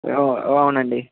అవునండి